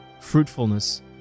fruitfulness